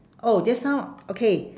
oh just now okay